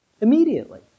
Immediately